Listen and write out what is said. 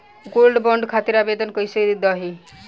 Gold bond खातिर आवेदन कैसे दिही?